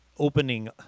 opening